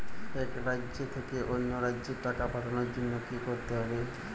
এক রাজ্য থেকে অন্য রাজ্যে টাকা পাঠানোর জন্য কী করতে হবে?